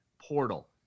portal